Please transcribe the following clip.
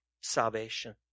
salvation